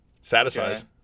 Satisfies